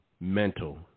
mental